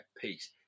peace